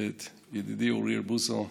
את ידידי אוריאל בוסו,